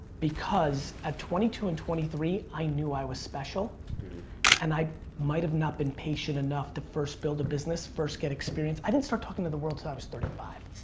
because at twenty two and twenty three, i knew i was special and i might've not been patient enough to first build a business, first get experience, i didn't start talking to the world till so i was thirty five.